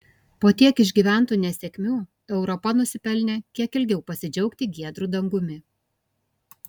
po tiek išgyventų nesėkmių europa nusipelnė kiek ilgiau pasidžiaugti giedru dangumi